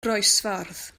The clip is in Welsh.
groesffordd